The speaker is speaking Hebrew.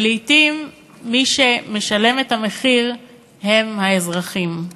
ולעתים מי שמשלם את המחיר זה האזרחים.